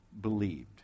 believed